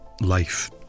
life